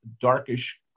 darkish